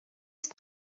است